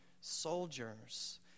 soldiers